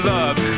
Love